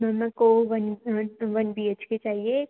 ma'am मेको one one B H K चाहिए